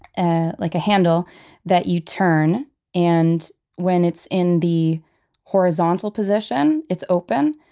ah like, a handle that you turn and when it's in the horizontal position it's open,